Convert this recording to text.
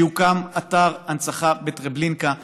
שיוקם אתר הנצחה בטרבלינקה.